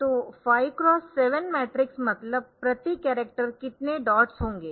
तो 5 x 7 matrix मतलब प्रति कॅरक्टर कितने डॉट्स होंगे